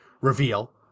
reveal